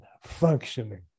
functioning